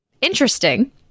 interesting